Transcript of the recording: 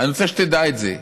אני רוצה שתדע את זה,